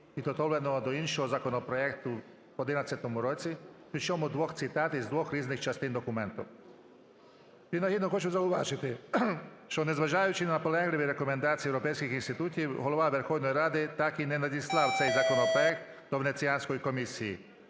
підготовленого до іншого законопроекту в 11-му році, причому двох цитат із двох частин документа. Принагідно хочу зауважити, що, незважаючи на наполегливі рекомендації європейських інститутів, Голова Верховної Ради так і не надіслав цей законопроект до Венеціанської комісії.